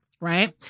right